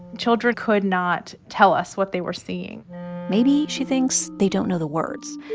children could not tell us what they were seeing maybe, she thinks, they don't know the words.